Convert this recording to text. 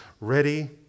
ready